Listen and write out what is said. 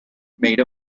made